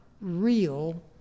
real